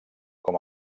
com